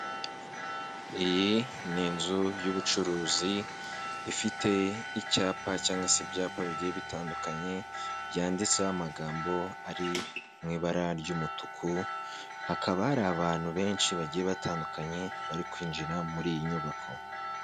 Iyi ni inzu y'ubucuruzi ifite icyapa cyangwa se ibyapa bigiye bitandukanye byanditseho amagambo ari mu ibara ry'umutuku. Hakaba hari abantu benshi bagiye batandukanye bari kwinjira muri iyi nyubako.